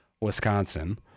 Wisconsin